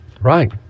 Right